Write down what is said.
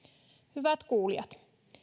hyvät kuulijat